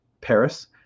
Paris